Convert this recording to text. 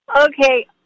okay